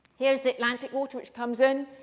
here's the atlantic water which comes in,